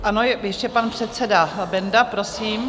Ano, ještě pan předseda Benda, prosím.